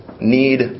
need